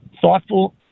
thoughtful